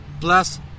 plus